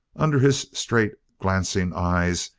under his straight-glancing eyes,